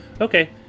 Okay